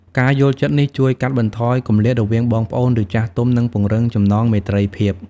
ការយល់ចិត្តនេះជួយកាត់បន្ថយគម្លាតរវាងបងប្អូន ឬចាស់ទុំ និងពង្រឹងចំណងមេត្រីភាព។